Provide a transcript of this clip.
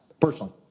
personally